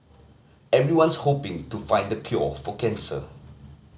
everyone's hoping to find a cure for cancer